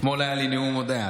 אתמול היה לי נאום הודיה.